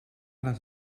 les